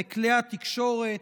בכלי התקשורת,